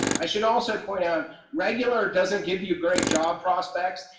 i should also point out regular doesn't give you great job prospects,